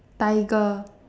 tiger